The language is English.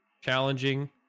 challenging